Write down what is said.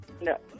No